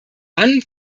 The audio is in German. dann